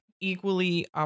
equally